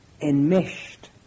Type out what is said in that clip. enmeshed